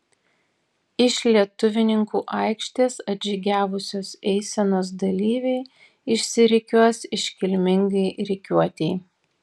iš lietuvininkų aikštės atžygiavusios eisenos dalyviai išsirikiuos iškilmingai rikiuotei